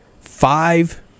five